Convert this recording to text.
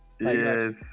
Yes